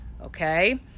Okay